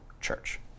church